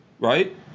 right